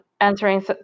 answering